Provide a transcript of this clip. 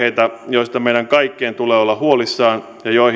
joista meidän kaikkien tulee olla huolissaan ja joihin tällä lisätalousarviolla